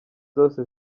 zose